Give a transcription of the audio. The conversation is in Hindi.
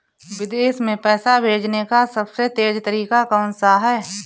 विदेश में पैसा भेजने का सबसे तेज़ तरीका कौनसा है?